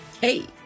Hey